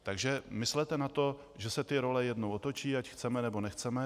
Takže myslete na to, že se ty role jednou otočí, ať chceme, nebo nechceme.